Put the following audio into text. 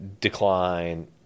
decline